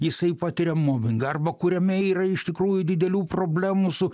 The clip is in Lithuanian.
jisai patiria mobingą arba kuriame yra iš tikrųjų didelių problemų su